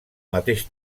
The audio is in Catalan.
mateix